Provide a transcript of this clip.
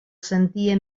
sentia